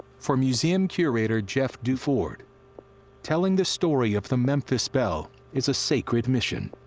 for museum curator jeff duford, telling the story of the memphis belle is a sacred mission.